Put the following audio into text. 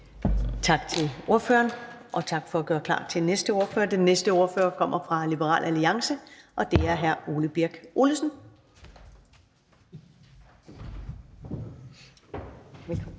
Tak til ordføreren, og tak for at gøre klar til den næste ordfører. Den næste ordfører kommer fra Liberal Alliance, og det er hr. Ole Birk Olesen.